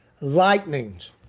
lightnings